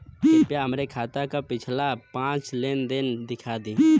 कृपया हमरे खाता क पिछला पांच लेन देन दिखा दी